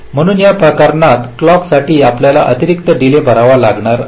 म्हणून त्या प्रकरणात क्लॉक साठी आपल्याला अतिरिक्त डीले भरावा लागणार नाही